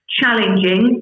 challenging